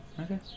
Okay